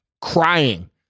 crying